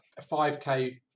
5k